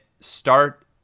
start